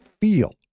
feel